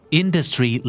industry